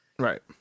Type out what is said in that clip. Right